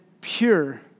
pure